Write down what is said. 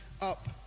up